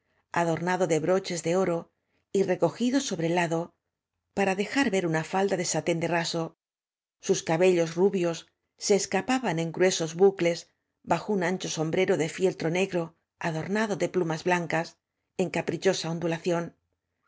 adornado de broches de oro y recogido sobre el lado para dejar ver una íalda de satén de raso sus cabellos rubios se escapaban en gruesos bucles bajo un ancho sombrero de fiel tro negro adornado de plumas blancas en capri chosa ondulación